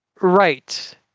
right